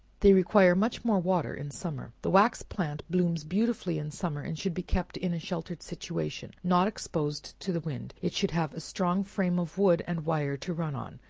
they require much more water in summer. the wax plant blooms beautifully in summer, and should be kept in a sheltered situation, not exposed to the wind it should have a strong frame of wood and wire to run on,